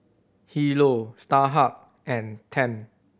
HiLo Starhub and Tempt